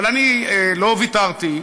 אבל אני לא ויתרתי,